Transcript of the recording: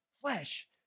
flesh